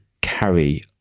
carry